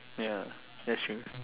ya that's true